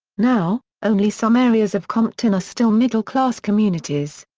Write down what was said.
now, only some areas of compton are still middle class communities.